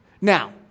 Now